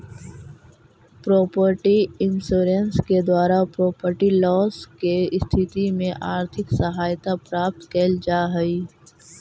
property insurance के द्वारा property loss के स्थिति में आर्थिक सहायता प्राप्त कैल जा हई